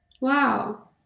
Wow